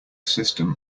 system